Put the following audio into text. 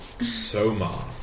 Soma